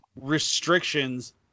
restrictions